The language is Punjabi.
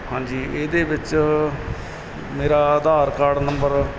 ਹਾਂਜੀ ਇਹਦੇ ਵਿੱਚ ਮੇਰਾ ਆਧਾਰ ਕਾਰਡ ਨੰਬਰ